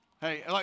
Hey